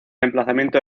emplazamiento